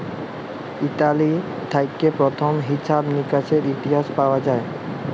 Italy থেক্যে প্রথম হিছাব মিকাশের ইতিহাস পাওয়া যায়